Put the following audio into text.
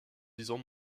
disant